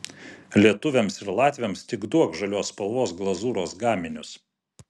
lietuviams ir latviams tik duok žalios spalvos glazūros gaminius